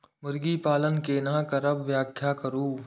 मुर्गी पालन केना करब व्याख्या करु?